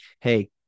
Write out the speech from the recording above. Hey